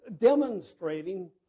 demonstrating